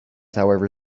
however